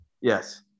Yes